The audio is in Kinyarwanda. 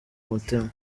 mutima